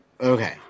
Okay